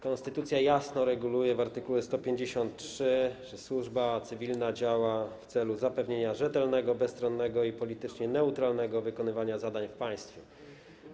Konstytucja jasno reguluje w art. 153, że służba cywilna działa w celu zapewnienia rzetelnego, bezstronnego i politycznie neutralnego wykonywania zadań w państwie.